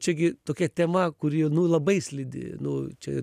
čia gi tokia tema kuri nu labai slidi nu čia